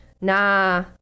Nah